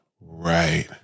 right